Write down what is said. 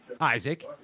Isaac